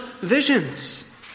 visions